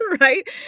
Right